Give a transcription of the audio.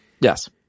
Yes